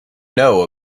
know